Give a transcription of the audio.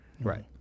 right